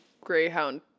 Greyhound